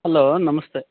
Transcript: hello ನಮಸ್ತೆ